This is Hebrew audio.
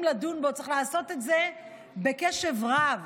לדון בו צריך לעשות את זה בקשב רב.